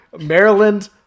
Maryland